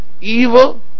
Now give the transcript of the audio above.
Evil